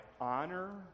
honor